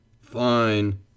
Fine